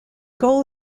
goal